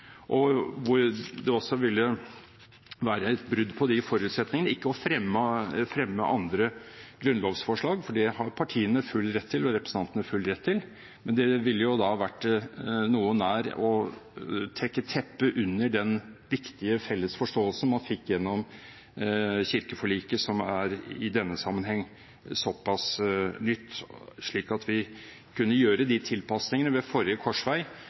hvor det også ville være et brudd på de forutsetninger ikke å fremme andre grunnlovsforslag – for det har partiene og representantene full rett til – men det ville vært noe nær å trekke bort teppet under den viktige felles forståelse man fikk gjennom kirkeforliket, som i denne sammenheng er såpass nytt, slik at vi kunne gjøre de tilpasningene ved forrige korsvei